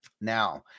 Now